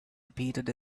repeated